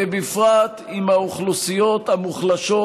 ובפרט עם האוכלוסיות המוחלשות,